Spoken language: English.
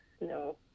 no